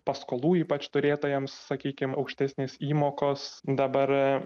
paskolų ypač turėtojams sakykim aukštesnės įmokos dabar